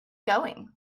going